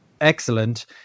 excellent